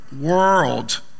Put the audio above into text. world